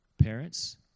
Parents